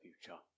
future